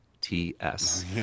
T-S